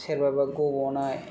सोरबाबा गबनाय